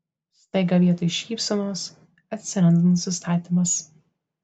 staiga vietoj šypsenos atsiranda nusistatymas